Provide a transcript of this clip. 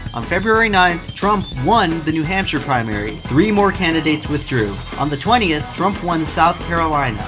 on february ninth, trump won the new hampshire primary. three more candidates withdrew. on the twentieth, trump won south carolina.